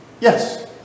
Yes